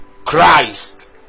Christ